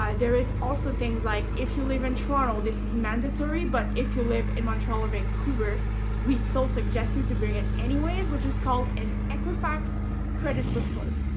um there is also things like, if you live in toronto this is mandatory, but, if you live in montreal or vancouver we still suggest you to bring it anyways, which is called an equifax credit report.